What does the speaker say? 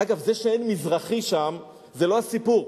אגב, זה שאין מזרחי שם זה לא הסיפור.